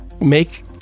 make